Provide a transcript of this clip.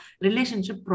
relationship